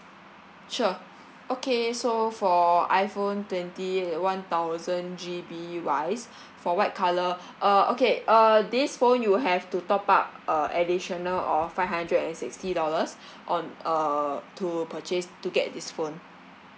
sure okay so for iphone twenty one thousand G_B wise for white colour uh okay uh this phone you will have to top up uh additional of five hundred and sixty dollars on uh to purchase to get this phone